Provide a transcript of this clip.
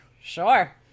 Sure